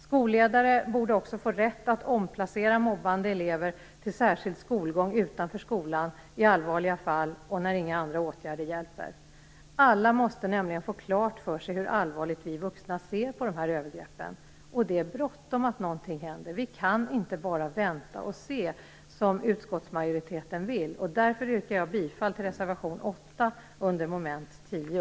Skolledare borde också få rätt att omplacera mobbande elever till särskild skolgång utanför skolan i allvarliga fall och när inga andra åtgärder hjälper. Alla måste nämligen få klart för sig hur allvarligt vi vuxna ser på dessa övergrepp. Det är bråttom med att någonting händer. Vi kan inte bara vänta och se, som utskottsmajoriteten vill. Därför yrkar jag bifall till reservation 8 under mom. 10.